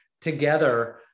together